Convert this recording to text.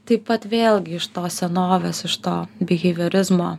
taip pat vėlgi iš tos senovės iš to biheiviorizmo